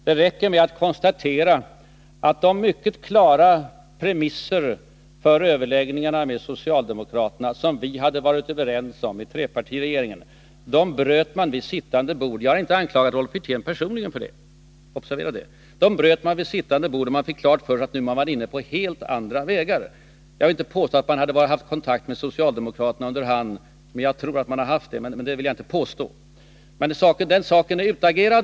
Det räcker med att konstatera att de mycket klara premisser för överläggningarna med socialdemokraterna som vi hade varit överens om i trepartiregeringen bröts vid sittande bord — jag har inte anklagat Rolf Wirtén personligen för detta, observera det — när man fick klart för sig att man nu var inne på helt andra vägar. Jag har inte påstått att man hade haft kontakt med socialdemokraterna under hand. Jag tror att man har haft det, men jag vill inte påstå det. Den saken är utagerad.